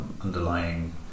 underlying